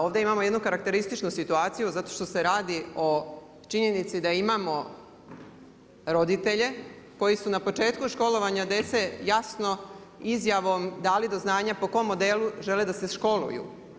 Ovdje imamo jednu karakterističnu situaciju, zato što se radio o činjenici da imamo roditelje, koji su na početku školovanja djece jasno izjavom dali do znanja po kojem modelu žele da se školuju.